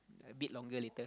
bit longer later